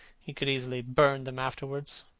he could easily burn them afterwards.